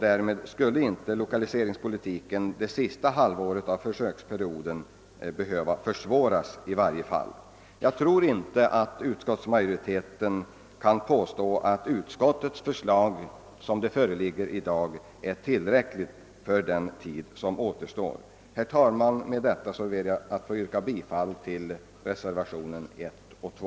— Därmed skulle lokaliseringspolitiken under det sista halvåret av försöksperioden i varje fall inte behöva försämras. Jag tror inte att utskottsmajoriteten kan påstå att utskottets förslag, sådant det här föreligger, är tillräckligt för den tid som återstår. Herr talman! Med dessa ord ber jag att få yrka bifall till reservationerna 1 och 2.